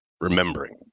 remembering